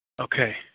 Okay